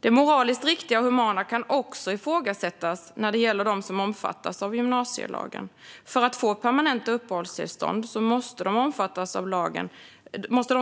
Det moraliskt riktiga och humana kan också ifrågasättas när det gäller dem som omfattas av gymnasielagen. För att få permanenta uppehållstillstånd måste de